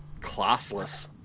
classless